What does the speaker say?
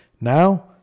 now